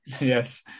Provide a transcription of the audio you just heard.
Yes